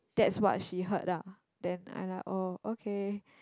that's what she heard lah then I'm like oh okay